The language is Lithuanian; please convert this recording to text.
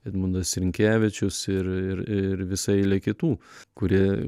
edmundas rinkevičius ir ir ir visa eilė kitų kurie